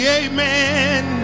amen